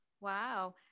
Wow